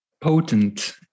potent